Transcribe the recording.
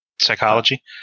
psychology